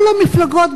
כל המפלגות,